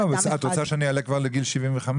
לא, את רוצה שאני אעלה כבר לגיל 75?